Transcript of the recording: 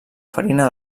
farina